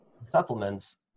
supplements